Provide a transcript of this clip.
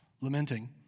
lamenting